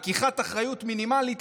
לקיחת אחריות מינימלית,